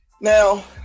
Now